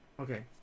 Okay